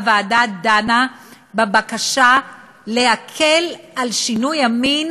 הוועדה דנה בבקשה להקל על שינוי המין